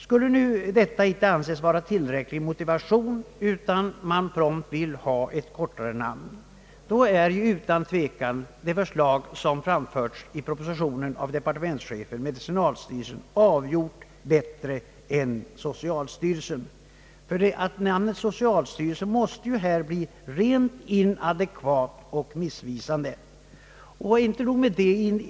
Skulle detta inte anses vara tillräcklig motivation, utan man prompt vill ha ett kortare namn, är utan tvekan det förslag som framförts i propositionen av departementschefen, d. v. s. medicinalstyrelsen, avgjort bättre än namnet socialstyrelsen. Detta senare namn måste bli inadekvat och missvisande. Inte nog med det.